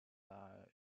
are